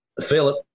Philip